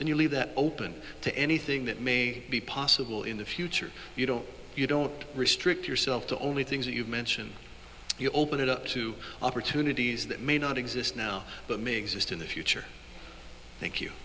and you leave that open to anything that may be possible in the future you don't you don't restrict yourself to only things that you've mentioned you opened it up to opportunities that may not exist now but may exist in the future thank you